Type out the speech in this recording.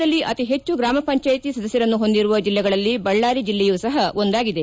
ರಾಜ್ಯದಲ್ಲಿ ಅತಿಹೆಚ್ಚು ಗ್ರಾಮ ಪಂಚಾಯತಿ ಸದಸ್ಯರನ್ನು ಹೊಂದಿರುವ ಜಿಲ್ಲೆಗಳಲ್ಲಿ ಬಳ್ಳಾರಿ ಜಿಲ್ಲೆಯೂ ಸಹ ಒಂದಾಗಿದೆ